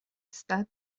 está